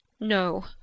No